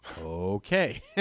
Okay